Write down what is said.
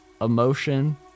emotion